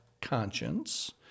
conscience